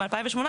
מ-2018,